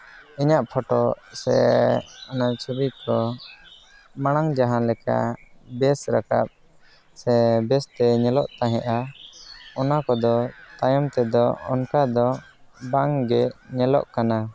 ᱤᱧᱟᱹᱜ ᱯᱷᱳᱴᱚ ᱥᱮ ᱚᱱᱟ ᱪᱷᱚᱵᱤ ᱠᱚ ᱢᱟᱲᱟᱝ ᱡᱟᱦᱟᱸ ᱞᱮᱠᱟ ᱵᱮᱥ ᱨᱟᱠᱟᱵ ᱥᱮ ᱵᱮᱥᱛᱮ ᱧᱮᱞᱚᱜ ᱛᱟᱦᱮᱱᱟ ᱚᱱᱟ ᱠᱚᱫᱚ ᱛᱟᱭᱚᱢ ᱛᱮᱫᱚ ᱚᱱᱠᱟ ᱫᱚ ᱵᱟᱝᱜᱮ ᱧᱮᱞᱚᱜ ᱠᱟᱱᱟ